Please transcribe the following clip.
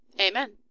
Amen